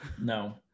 No